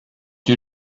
you